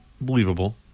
Believable